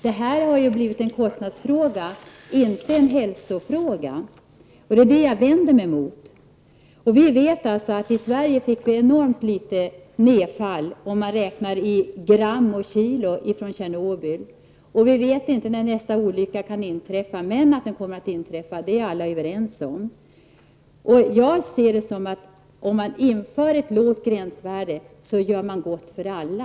Detta har blivit en kostnadsfråga, inte en hälsofråga. Det är det jag vänder mig emot. Vi vet att vi i Sverige fick ytterst litet nedfall från Tjernobyl räknat i gram och kilo. Vi vet inte när nästa olycka kan inträffa, men att den kommer att inträffa är alla överens om. Om man inför ett lågt gränsvärde gör man gott för alla.